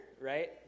right